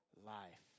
life